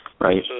Right